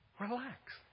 Relax